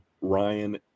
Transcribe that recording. Ryan